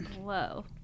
Whoa